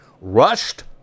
rushed